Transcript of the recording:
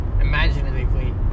imaginatively